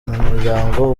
muryango